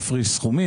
תפריש סכומים.